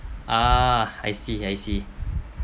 a'ah I see I see